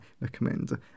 recommend